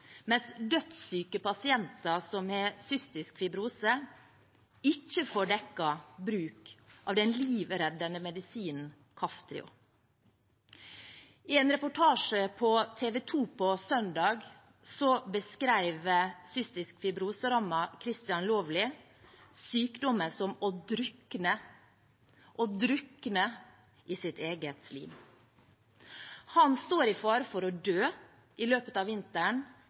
mens dødssyke pasienter som har cystisk fibrose, ikke får dekket bruk av den livreddende medisinen Kaftrio. I en reportasje på TV 2 søndag beskrev cystisk fibrose-rammede Christian Lawley sykdommen som å drukne – å drukne – i sitt eget slim. Han står i fare for å dø i løpet av vinteren